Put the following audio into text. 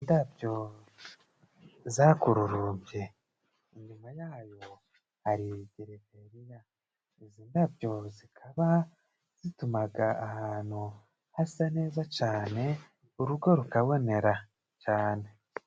Indabyo zakurubye, inyuma yayo hari gereveriya. Izi ndabyo zikaba zitumaga ahantu hasa neza cane urugo rukabonera cane.